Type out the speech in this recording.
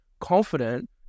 confident